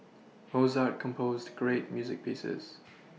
Mozart composed great music pieces